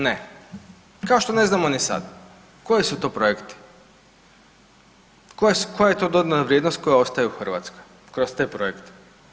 Ne, kao što ne znamo ni sad koji su to projekti, koja je to dodana vrijednost koja ostaje u Hrvatskoj kroz te projekte?